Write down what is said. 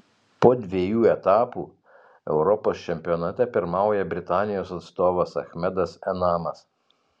po dviejų etapų europos čempionate pirmauja britanijos atstovas achmedas enamas